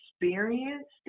experienced